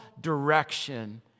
direction